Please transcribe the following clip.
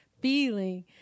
feeling